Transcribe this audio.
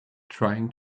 trying